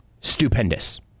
stupendous